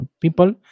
people